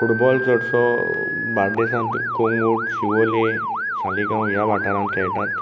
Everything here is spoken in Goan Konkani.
फुटबॉल चडसो बार्देसांत कळंगूट शिवोले सालिगांव ह्या वाठारांत खेळटात